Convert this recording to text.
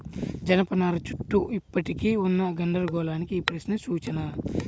జనపనార చుట్టూ ఇప్పటికీ ఉన్న గందరగోళానికి ఈ ప్రశ్న సూచన